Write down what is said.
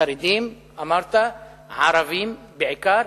חרדים, אמרת, ערבים, בעיקר,